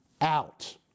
out